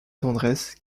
tendresse